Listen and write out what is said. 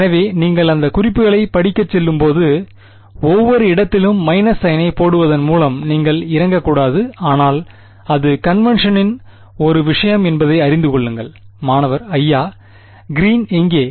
எனவே நீங்கள் அந்தக் குறிப்புகளைப் படிக்கச் செல்லும்போது ஒவ்வொரு இடத்திலும் மைனஸ் சைனை போடுவதன் மூலம் நீங்கள் இறங்கக்கூடாது ஆனால் அது கன்வெண்க்ஷனின் ஒரு விஷயம் என்பதை அறிந்து கொள்ளுங்கள் மாணவர் ஐயா கிறீன் எங்கே